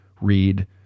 read